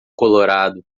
colorado